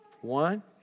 One